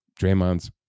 Draymond